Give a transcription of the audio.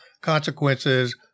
consequences